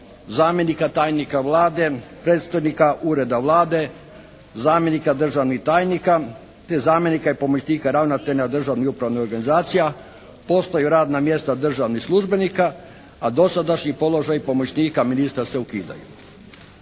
zamjenika tajnika Vlade, predstojnika Ureda Vlade, zamjenika državnih tajnika, te zamjenika i pomoćnika ravnatelja Državnih upravnih organizacija postaju radna mjesta državnih službenika, a dosadašnji položaji pomoćnika ministra se ukidaju.